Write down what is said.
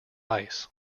ice